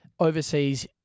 overseas